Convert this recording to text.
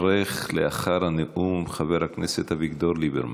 לאחר הנאום יברך חבר הכנסת אביגדור ליברמן.